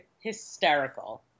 hysterical